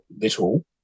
little